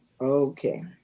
okay